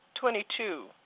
twenty-two